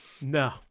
No